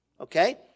Okay